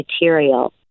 material